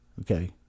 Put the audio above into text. Okay